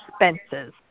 expenses